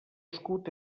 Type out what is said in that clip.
escut